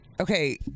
Okay